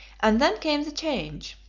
and then came the change.